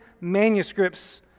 manuscripts